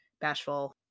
Bashful